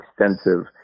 extensive